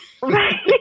Right